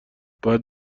باید